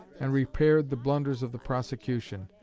and repaired the blunders of the prosecution.